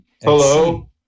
Hello